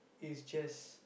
is just